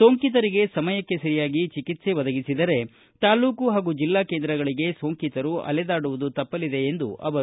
ಸೋಂಕಿತರಿಗೆ ಸಮಯಕ್ಕೆ ಸರಿಯಾಗಿ ಚಿಕಿತ್ತೆ ಒದಗಿಸಿದರೆ ತಾಲ್ಡೂಕು ಹಾಗೂ ಜಿಲ್ಲಾ ಕೇಂದ್ರಗಳಿಗೆ ಸೋಂಕಿತರು ಅಲೆದಾಡುವುದು ತಪ್ಪಲಿದೆ ಎಂದರು